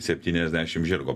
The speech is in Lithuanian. septyniasdešim žirgo